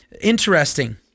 interesting